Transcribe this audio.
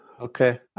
Okay